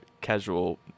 casual